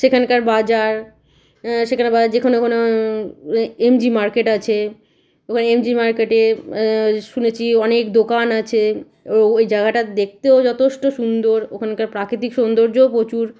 সেখানকার বাজার সেখানে বা যে কোনো কোনো এম জি মার্কেট আছে ওই এম জি মার্কেটে শুনেছি অনেক দোকান আছে ও ওই জায়গাটা দেখতেও যথেষ্ট সুন্দর ওখানকার প্রাকৃতিক সৌন্দর্যও প্রচুর